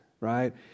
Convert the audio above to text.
right